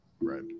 right